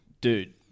dude